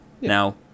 now